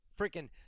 Freaking